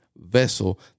vessel